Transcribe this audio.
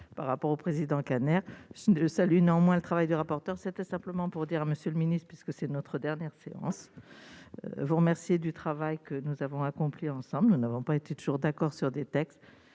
par rapport au président Kanner salue néanmoins le travail des rapporteurs, c'était simplement pour dire : Monsieur le Ministre, puisque c'est notre dernière séance vous remercier du travail que nous avons accompli ensemble, nous n'avons pas été toujours d'accord sur des textes,